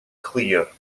clear